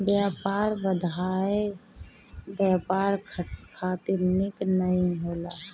व्यापार बाधाएँ व्यापार खातिर निक नाइ होला